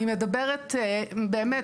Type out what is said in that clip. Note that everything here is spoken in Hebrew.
באמת,